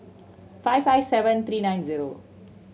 five five seven three nine zero